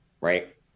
right